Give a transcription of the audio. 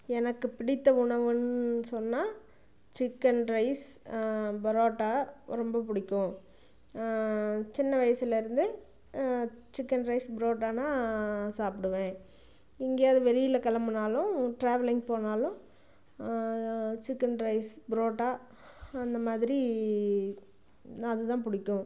எனக்கு பிடித்த உணவுனு சொன்னால் சிக்கன் ரைஸ் புரோட்டா ரொம்ப பிடிக்கும் சின்ன வயசிலேருந்து சிக்கன் ரைஸ் புரோட்டானால் சாப்பிடுவேன் எங்கேயாது வெளியில் கிளம்புனாலும் ட்ராவலிங் போனாலும் சிக்கன் ரைஸ் புரோட்டா அந்த மாதிரி நான் அதுதான் பிடிக்கும்